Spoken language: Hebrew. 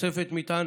תוספת מטען